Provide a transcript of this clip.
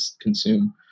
consume